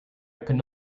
could